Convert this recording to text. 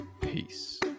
Peace